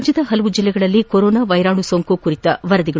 ರಾಜ್ಯದ ವಿವಿಧ ಜಿಲ್ಲೆಗಳಲ್ಲಿ ಕೊರೊನಾ ವೈರಾಣು ಸೋಂಕು ಕುರಿತು ವರದಿಗಳು